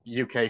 UK